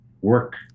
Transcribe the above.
work